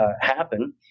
happen